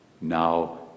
now